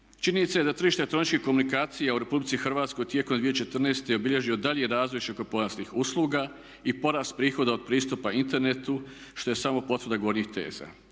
Činjenica je da tržište elektroničkih komunikacija u RH tijekom 2014.je obilježio dalji razvoj širokopojasnih usluga i porast prihoda od pristupa internetu što je samo potvrda gornjih teza.